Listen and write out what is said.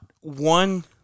one